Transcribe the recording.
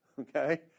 okay